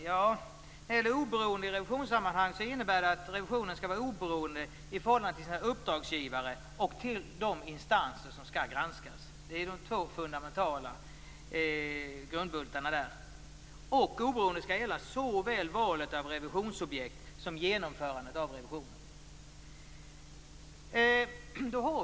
Ja, oberoende i revisionssammanhang innebär att revisionen skall vara oberoende i förhållande till sina uppdragsgivare och till de instanser som skall granskas. Det är de två fundamentala grundbultarna där. Oberoendet skall gälla såväl valet av revisionsobjekt som genomförandet av revisionen.